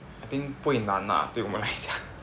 I think 不会难啊对吗这样